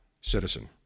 citizen